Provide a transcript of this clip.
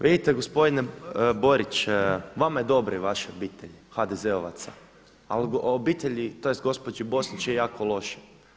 Vidite gospodine Borić vama je dobro i vašoj obitelji HDZ-ovaca, a obitelji tj. gospođi Bosnić je jako loše.